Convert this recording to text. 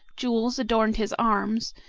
jewels adorned his arms,